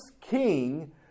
king